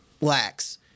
lacks